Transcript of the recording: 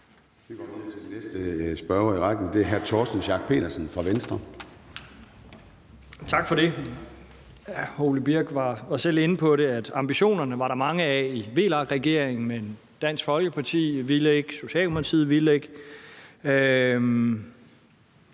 videre til næste spørger i rækken. Det er hr. Torsten Schack Pedersen fra Venstre. Kl. 13:46 Torsten Schack Pedersen (V): Tak for det. Hr. Ole Birk Olesen var selv inde på, at ambitioner var der mange af i VLAK-regeringen, men Dansk Folkeparti ville ikke, Socialdemokratiet ville ikke.